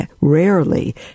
rarely